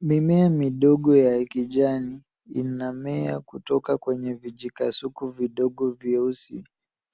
Mimea midogo ya kijani inamea kutoka kwenye vijikasuku vidogo vyeusi.